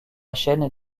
chaîne